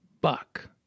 buck